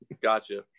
Gotcha